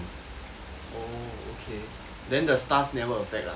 oh okay then the stars never affect ah